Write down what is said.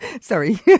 Sorry